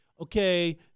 okay